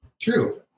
True